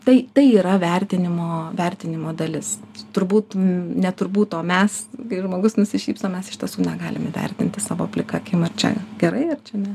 tai tai yra vertinimo vertinimo dalis turbūt ne turbūt mes kai žmogus nusišypso mes iš tiesų negalime įvertinti savo plika akimi ąr čia gerai ar ne